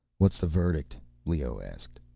what's the verdict? leoh asked.